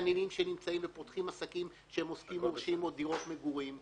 מסתננים שנמצאים ופותחים עסקים כשהם עוסקים מורשים או דירות מגורים.